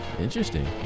interesting